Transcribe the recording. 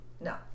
No